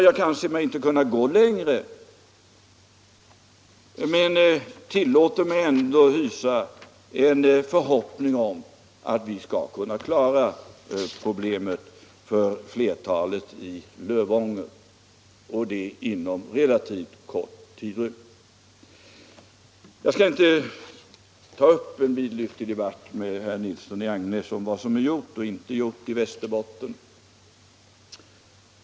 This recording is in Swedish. Jag anser mig inte kunna gå längre, herr talman, men jag tillåter mig ändå hysa en förhoppning om att vi inom en relativt kort tidsrymd skall kunna lösa problemen för flertalet av de berörda i Lövånger. Jag skall inte ta upp en vidlyftig debatt om vad som är gjort och vad som inte är gjort i Västerbotten med herr Nilsson i Agnäs.